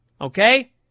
Okay